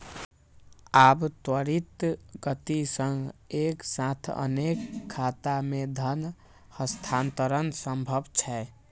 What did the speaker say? आब त्वरित गति सं एक साथ अनेक खाता मे धन हस्तांतरण संभव छै